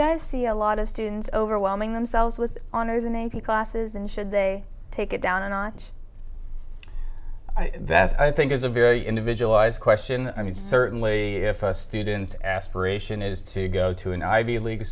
guys see a lot of students overwhelming themselves with honors and a p classes and should they take it down a notch that i think is a very individualized question i mean certainly if students aspiration is to go to an ivy league